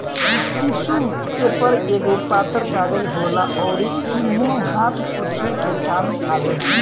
tissue paper एगो पातर कागज होला अउरी इ मुंह हाथ पोछे के काम आवेला